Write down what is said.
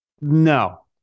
No